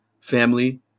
family